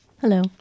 Hello